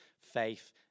faith